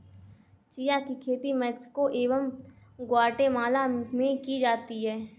chia की खेती Mexico एवं ग्वाटेमाला में की जाती है